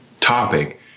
topic